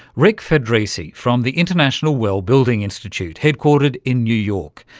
rick fedrizzi from the international well building institute, headquartered in new york.